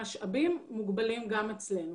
משאבים מוגבלים גם אצלנו.